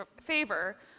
favor